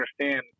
understand